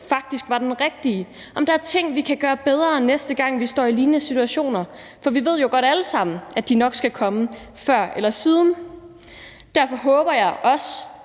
faktisk var den rigtige; om der er ting, vi kan gøre bedre, næste gang vi står i lignende situationer, for vi ved jo godt alle sammen, at de nok skal komme før eller siden. Derfor håber jeg også